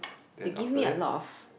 they give me a lot of